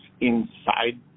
inside